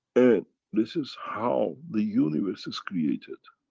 and this is how the universe is created.